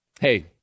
Hey